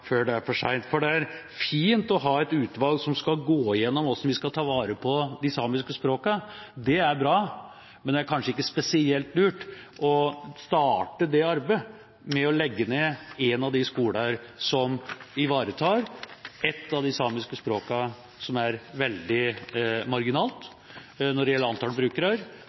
før det er for sent. Det er fint å ha et utvalg som skal gå gjennom hvordan vi skal ta vare på de samiske språkene. Det er bra. Men det er kanskje ikke spesielt lurt å starte det arbeidet med å legge ned en av de skolene som ivaretar ett av de samiske språkene som er veldig marginalt når det